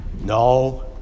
no